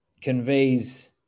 conveys